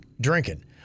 drinking